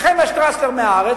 נחמיה שטרסלר מ"הארץ",